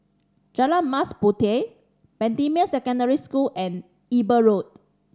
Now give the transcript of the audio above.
Jalan Mas Puteh Bendemeer Secondary School and Eber Road